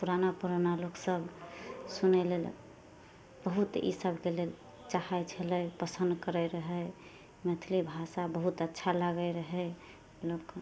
पुराना पुराना लोक सब सुनय लेल बहुत ई सबके लेल चाहै छलै प्रसन्न करै रहै मैथिली भाषा बहुत अच्छा लागै रहै लोकके